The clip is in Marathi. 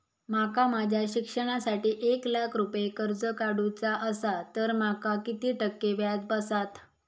माका माझ्या शिक्षणासाठी एक लाख रुपये कर्ज काढू चा असा तर माका किती टक्के व्याज बसात?